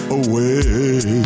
away